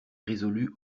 résolu